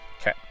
Okay